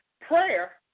Prayer